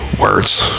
words